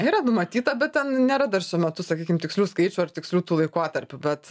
yra numatyta bet ten nėra dar šiuo metu sakykim tikslių skaičių ar tikslių tų laikotarpių bet